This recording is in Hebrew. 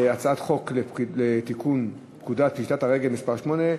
החוק לתיקון פקודת פשיטת הרגל (מס' 8),